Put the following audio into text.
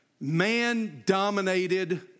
man-dominated